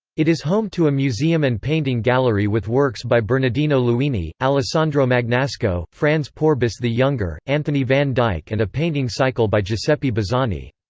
it is home to a museum and painting gallery with works by bernardino luini, alessandro magnasco, frans pourbus the younger, anthony van dyck and a painting cycle by giuseppe bazzani.